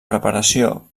preparació